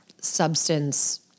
Substance